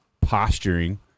posturing